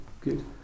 good